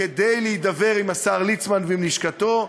כדי להידבר עם השר ליצמן ועם לשכתו,